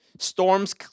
Storms